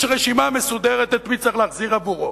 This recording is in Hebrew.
יש רשימה מסודרת את מי צריך להחזיר עבורו,